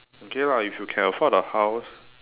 okay lah if you can afford a house